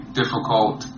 difficult